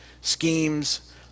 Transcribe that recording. Schemes